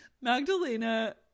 Magdalena